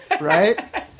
right